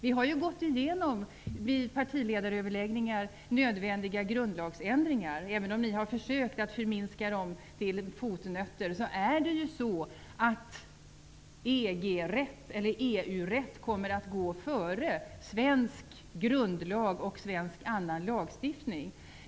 Vi har ju vid partiledaröverläggningar gått igenom nödvändiga grundlagsändringar, även om ni har försökt att föminska dem till fotnötter. EU:s rätt kommer att gå före svensk grundlag och annan svensk lagstiftning.